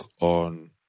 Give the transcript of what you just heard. on